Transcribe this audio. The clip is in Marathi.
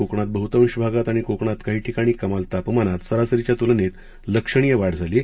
कोकणात बहतांश भागात आणि कोकणात काही ठिकाणी कमाल तापमानात सरासरीच्या तुलनेत लक्षणीय वाढ झाली आहे